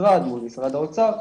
המשרד מול משרד האוצר.